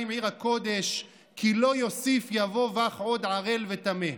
עיר הקֹּדש כי לא יוסיף יבֹא בך עוד ערל וטמא".